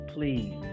Please